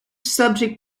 subject